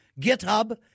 GitHub